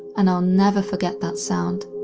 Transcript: and i'll never forget that sound.